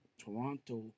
Toronto